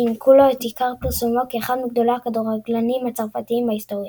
שהיקנו לו את עיקר פרסומו כאחד מגדולי הכדורגלנים הצרפתים בהיסטוריה.